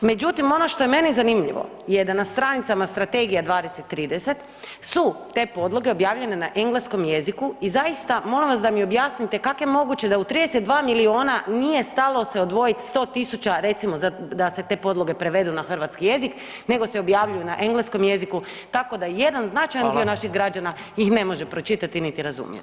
Međutim ono što je meni zanimljivo da na stranicama strategije 20, 30 su te podloge objavljene na engleskom jeziku i zaista molim da mi objasnite kak je moguće da u 32 miliona nije stalo se odvojiti 100.000 recimo za da se te podloge prevedu na hrvatski jezik nego se objavljuju na engleskom jeziku tako da jedan značajan dio naših građana [[Upadica: Hvala.]] ih ne može pročitati niti razumjeti.